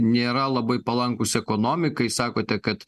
nėra labai palankūs ekonomikai sakote kad